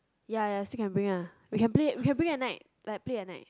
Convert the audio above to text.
ya ya still can bring lah we can play we can play like play at night